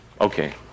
Okay